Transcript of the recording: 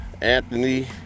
Anthony